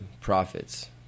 profits